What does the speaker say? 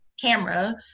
camera